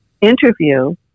interview